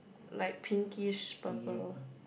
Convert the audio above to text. like pinkish purple